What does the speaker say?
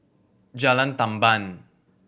Jalan Tamban